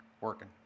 working